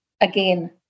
again